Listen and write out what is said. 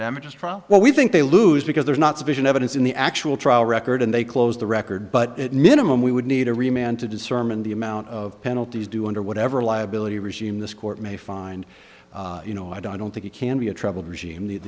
damages from what we think they lose because there's not sufficient evidence in the actual trial record and they close the record but at minimum we would need to remain to discern in the amount of penalties do under whatever liability regime this court may find you know i don't think it can be a troubled regime